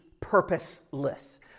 purposeless